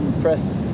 press